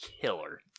killer